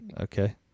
okay